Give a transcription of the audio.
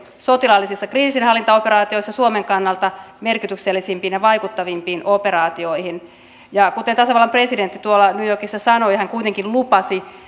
sotilaallisissa kriisinhallintaoperaatioissa suomen kannalta merkityksellisimpiin ja vaikuttavimpiin operaatioihin ja kuten tasavallan presidentti new yorkissa sanoi hän kuitenkin lupasi